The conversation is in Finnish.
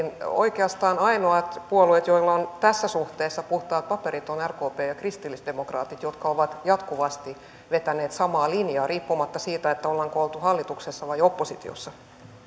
oikeastaan ainoat puolueet joilla on tässä suhteessa puhtaat paperit ovat rkp ja kristillisdemokraatit jotka ovat jatkuvasti vetäneet samaa linjaa riippumatta siitä ollaanko oltu hallituksessa vai oppositiossa